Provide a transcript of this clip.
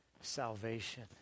salvation